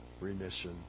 remission